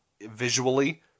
visually